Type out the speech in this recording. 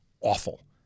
awful